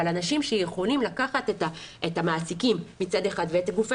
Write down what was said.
אבל אנשים שיכולים לקחת את המעסיקים מצד אחד ואת גופי